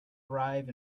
arrive